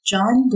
John